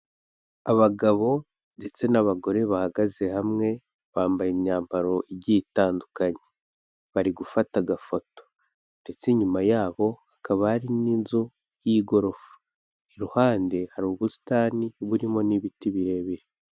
Abagabo ndetse n'abagore bahagaze hamwe bambaye imyambaro igitandukanye, bari gufata agafoto, ndetse inyuma yabo hakaba hari n'inzu y'igorofa, iruhande hari ubusitani burimo n'ibiti birebire.